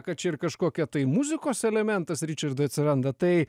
kad čia ir kažkokie tai muzikos elementas ričardui atsiranda tai